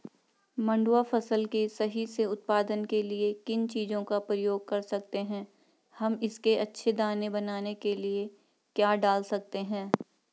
मंडुवा फसल के सही से उत्पादन के लिए किन चीज़ों का प्रयोग कर सकते हैं हम इसके अच्छे दाने बनाने के लिए क्या डाल सकते हैं?